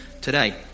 today